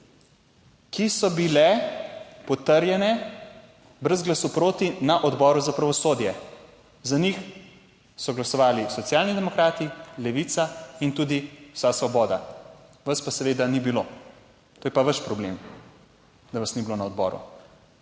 ki so bile potrjene brez glasu proti na Odboru za pravosodje, za njih so glasovali Socialni demokrati, Levica in tudi vsa Svoboda. Vas pa seveda ni bilo, to je pa vaš problem, da vas ni bilo na odboru,